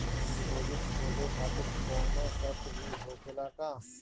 Deposit खोले खातिर कौनो शर्त भी होखेला का?